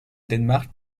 danemark